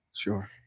Sure